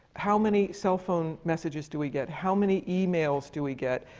how many cell phone messages do we get? how many emails do we get?